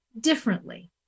differently